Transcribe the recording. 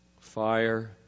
fire